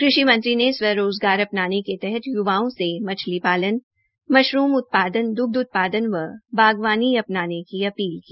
कृषि मंत्री ने स्वरोजगार अपनाने के तहत मछली पालन मशरूम उत्पादन दुग्ध उत्पादन व बागवानी अपनाने की युवाओं से अपील की